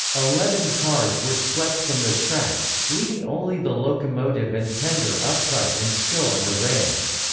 eleven cars were swept from the tracks, leaving only the locomotive and tender upright and still on the rails.